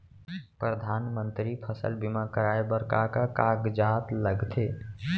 परधानमंतरी फसल बीमा कराये बर का का कागजात लगथे?